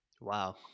Wow